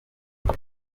hari